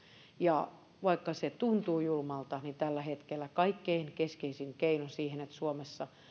ja vaikka se tuntuu julmalta niin tällä hetkellä kaikkein keskeisin keino siihen että suomessa